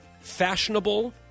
Fashionable